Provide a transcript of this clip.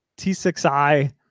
T6I